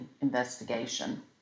investigation